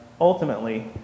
Ultimately